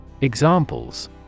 Examples